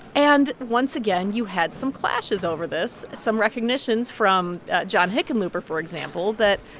and once again, you had some clashes over this, some recognitions from john hickenlooper, for example, that,